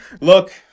Look